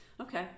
Okay